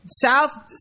south